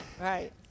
right